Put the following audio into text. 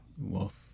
Wolf